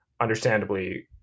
understandably